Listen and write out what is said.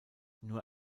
nur